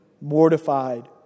mortified